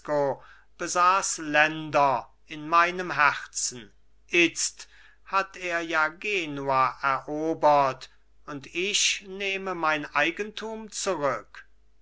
besaß länder in meinem herzen itzt hat er ja genua erobert und ich nehme mein eigentum zurück